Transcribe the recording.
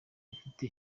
bafite